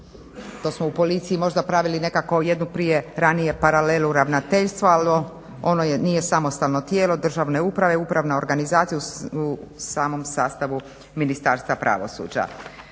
to smo u policiji možda pravili nekako jednu prije, ranije paralelu ravnateljstvo. Ali ono nije samostalno tijelo državne uprave, upravna organizacija u samom sastavu Ministarstva pravosuđa.